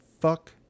Fuck